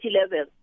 level